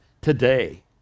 today